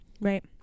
right